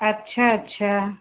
अच्छा अच्छा